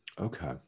Okay